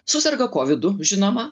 suserga kovidu žinoma